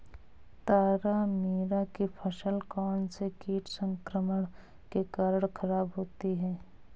तारामीरा की फसल कौनसे कीट संक्रमण के कारण खराब होती है?